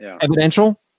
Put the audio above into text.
evidential